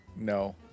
No